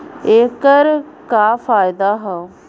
ऐकर का फायदा हव?